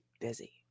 busy